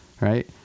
right